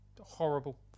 Horrible